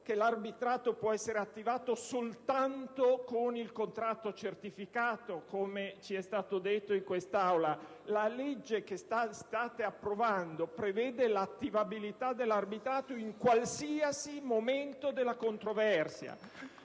che l'arbitrato può essere attivato soltanto con il contratto certificato, come lei ci ha detto in quest'Aula. La legge che state approvando prevede l'attivabilità dell'arbitrato in qualsiasi momento della controversia.